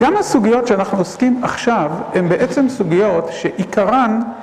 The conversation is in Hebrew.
גם הסוגיות שאנחנו עוסקים עכשיו הן בעצם סוגיות שעיקרן